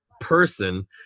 person